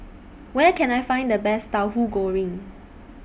Where Can I Find The Best Tahu Goreng